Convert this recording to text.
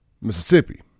Mississippi